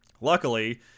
Luckily